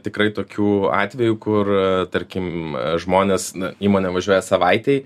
tikrai tokių atvejų kur tarkim žmonės na įmonė važiuoja savaitei